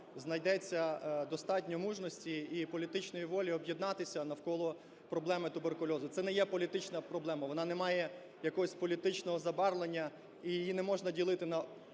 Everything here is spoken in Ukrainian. знайдеться достатньо мужності і політичної волі об'єднатися навколо проблеми туберкульозу. Це не є політична проблема, вона не має якогось політичного забарвлення, і її не можна ділити на